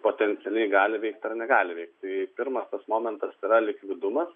potencialiai gali veikt ar negali veikt tai pirmas tas momentas yra likvidumas